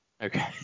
okay